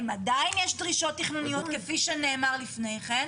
עדיין יש דרישות תכנוניות כפי שנאמר לפני כן.